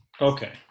Okay